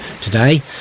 today